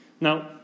Now